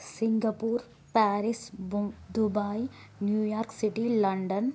Singapore Paris బు Dubai New York city London